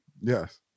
Yes